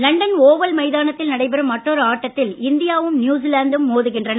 London Oval மைதானத்தில் நடைபெறும் மற்றொரு ஆட்டத்தில் இந்தியாவும் நியூசிலாந்தும் மோதுகின்றன